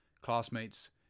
classmates